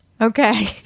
Okay